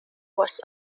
was